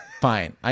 fine